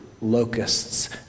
locusts